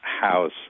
house